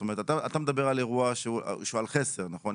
זאת אומרת, אתה מדבר על אירוע שהוא בחסר, נכון?